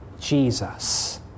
Jesus